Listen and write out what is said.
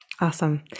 awesome